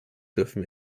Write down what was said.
dürfen